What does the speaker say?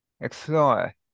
explore